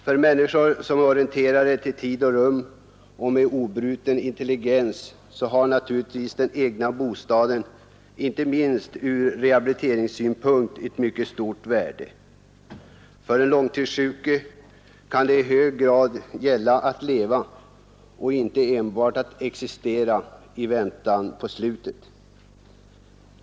För människor som är orienterade till tid och rum och har obruten intelligens har naturligtvis den egna bostaden ett mycket stort värde, inte minst ur rehabiliteringssynpunkt. För den långtidssjuke kan det i hög grad gälla att leva och inte enbart att existera i väntan på slutet.